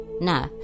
No